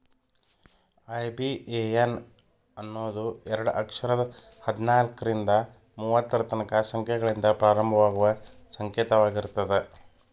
IBAN ಅನ್ನೋದು ಎರಡ ಅಕ್ಷರದ್ ಹದ್ನಾಲ್ಕ್ರಿಂದಾ ಮೂವತ್ತರ ತನಕಾ ಸಂಖ್ಯೆಗಳಿಂದ ಪ್ರಾರಂಭವಾಗುವ ಸಂಕೇತವಾಗಿರ್ತದ